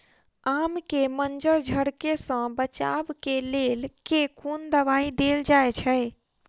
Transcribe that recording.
आम केँ मंजर झरके सऽ बचाब केँ लेल केँ कुन दवाई देल जाएँ छैय?